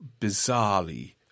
bizarrely